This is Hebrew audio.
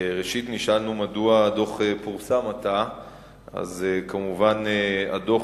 פרסמה דוח